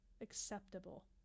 Acceptable